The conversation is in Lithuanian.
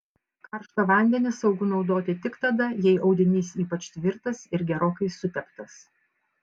karštą vandenį saugu naudoti tik tada jei audinys ypač tvirtas ir gerokai suteptas